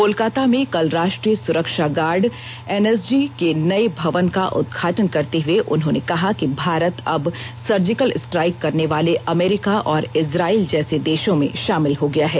कोलकाता में कल राष्ट्रीय सुरक्षा गार्ड एन एस जी के नए भवन का उद्घाटन करते हुए उन्होंने कहा कि भारत अब सर्जिकल स्ट्राइक करने वाले अमेरिका और इजरायल जैसे देशों में शामिल हो गया है